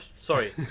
sorry